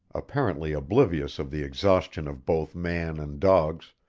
apparently oblivious of the exhaustion of both man and dogs,